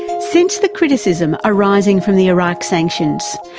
since the criticism arising from the iraq sanctions,